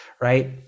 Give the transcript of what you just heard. right